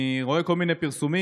אני רואה כל מיני פרסומים